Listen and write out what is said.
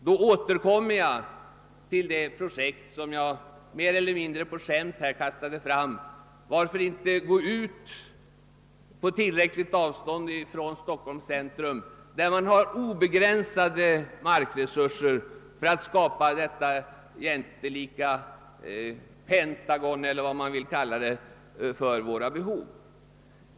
Jag återkommer till det projekt som jag mer eller mindre på skämt kastade fram: Varför inte gå ut på tillräckligt avstånd från Stockholms centrum, där man har obegränsade markresurser för att skapa detta jättelika Pentagon, eller vad man vill kalla det, för våra behov?